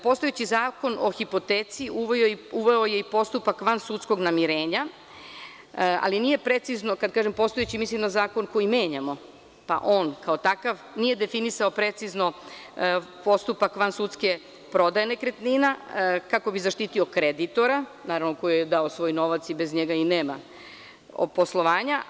Postojeći Zakon o hipoteci uveo je i postupak van sudskog namirenja, ali nije precizno kada kažem postojeći, mislim na zakon koji menjamo, pa on kao takav nije definisao precizno postupak van sudske prodaje nekretnina kako bi zaštiti kreditora, naravno koji je dao svoj novac i bez njega i nema od poslovanja.